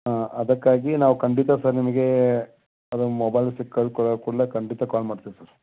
ಹಾಂ ಅದಕ್ಕಾಗಿ ನಾವು ಖಂಡಿತ ಸರ್ ನಿಮಗೆ ಅದೊಂದು ಮೊಬೈಲ್ ಸಿಕ್ಕ ಕೂಡಲೆ ಖಂಡಿತ ಕಾಲ್ ಮಾಡ್ತೀನಿ ಸರ್